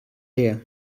her